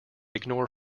ignore